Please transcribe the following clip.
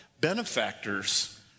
benefactors